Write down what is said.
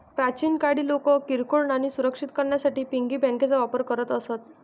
प्राचीन काळी लोक किरकोळ नाणी सुरक्षित करण्यासाठी पिगी बँकांचा वापर करत असत